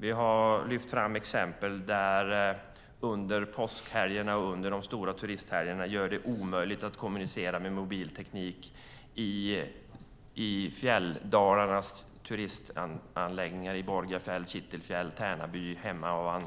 Vi har lyft fram exempel på att det under påskhelgen och de stora turisthelgerna är omöjligt att kommunicera med mobilteknik i fjälldalarnas turistanläggningar i Borgafjäll, Kittelfjäll, Tärnaby, Hemavan,